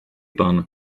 pan